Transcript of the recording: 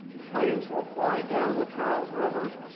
the planes will fly down the charles river,